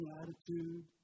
attitude